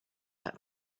out